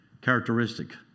characteristic